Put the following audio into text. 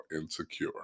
Insecure